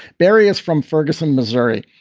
barry is from ferguson, missouri,